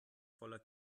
voller